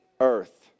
earth